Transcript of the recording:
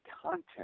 content